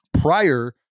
prior